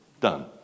done